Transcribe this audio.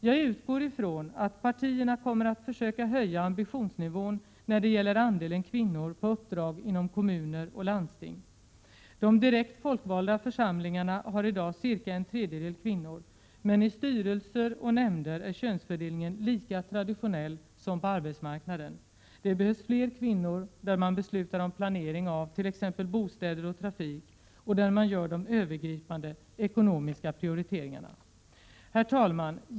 Jag utgår från att partierna kommer att försöka höja ambitionsnivån när det gäller andelen kvinnor med uppdrag inom kommuner och landsting. De direkt folkvalda församlingarna har i dag cirka en tredjedel kvinnor. Men i styrelser och nämnder är könsfördelningen lika traditionell som på arbetsmarknaden. Det behövs fler kvinnor där man beslutar om planering av t.ex. bostäder och trafik och där man gör de övergripande ekonomiska prioriteringarna. Herr talman!